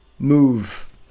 move